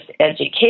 education